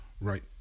Right